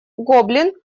гоблин